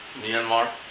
Myanmar